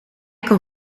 kan